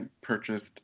purchased